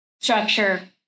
structure